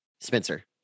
Spencer